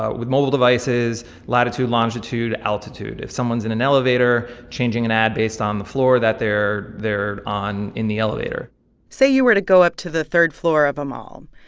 ah with mobile devices latitude, longitude, altitude if someone's in an elevator, changing an ad based on the floor that they're they're on in the elevator say you were to go up to the third floor of a mall.